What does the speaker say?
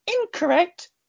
incorrect